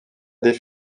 des